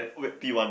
wait P one